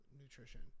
nutrition